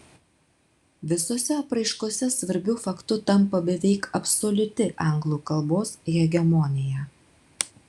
visose apraiškose svarbiu faktu tampa beveik absoliuti anglų kalbos hegemonija